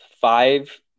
five